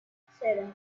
cero